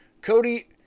Cody